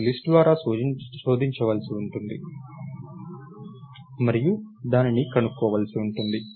నేను లిస్ట్ ద్వారా శోధించవలసి ఉంటుంది మరియు దానిని కనుక్కోవలసి ఉంటుంది